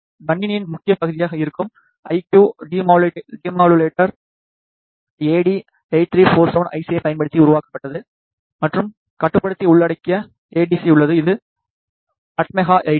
கணினியின் முக்கிய பகுதியாக இருக்கும் ஐ கியூ டெமோடூலேட்டர் எ டி8347 ஐ சிஐப் பயன்படுத்தி உருவாக்கப்பட்டது மற்றும் கட்டுப்படுத்தி உள்ளடிக்கிய எ டி சி உள்ளது இது எ டி மெகா8 ஆகும்